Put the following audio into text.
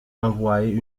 envoyée